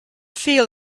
feel